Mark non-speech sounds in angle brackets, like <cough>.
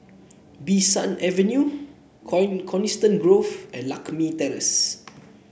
Bee San Avenue <unintelligible> Coniston Grove and Lakme Terrace